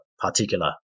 particular